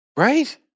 Right